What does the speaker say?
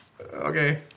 Okay